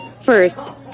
First